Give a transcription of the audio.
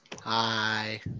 hi